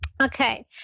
Okay